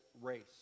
race